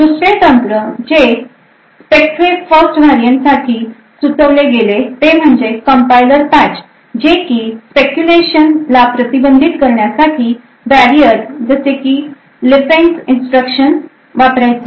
दुसरे तंत्र जे Spectre First variant साठी सुचवले गेले ते म्हणजे Compiler Patch जे की Speculation ला प्रतिबंधित करण्यासाठी Barriers जसे की LFENCE इन्स्ट्रक्शन वापरायचे